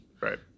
right